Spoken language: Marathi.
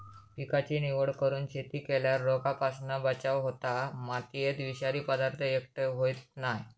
पिकाची निवड करून शेती केल्यार रोगांपासून बचाव होता, मातयेत विषारी पदार्थ एकटय होयत नाय